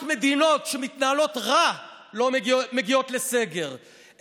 רק מדינות שמתנהלות רע מגיעות לסגר.